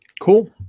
Cool